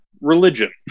religion